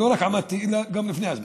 לא רק עמדתי, אלא גם לפני הזמן.